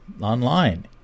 online